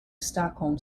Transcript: stockholm